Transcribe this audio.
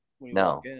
No